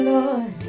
Lord